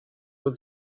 with